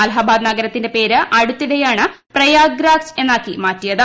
അലഹാബാദ് നഗരത്തിന്റെ പേര് അടുത്തിടെയാണ് പ്രയാഗ്രാജ് എന്നാക്കി മാറ്റിയത്